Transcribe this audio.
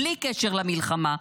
בלי קשר למלחמה,